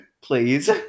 Please